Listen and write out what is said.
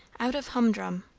out of humdrum.